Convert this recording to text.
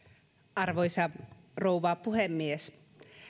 arvoisa rouva puhemies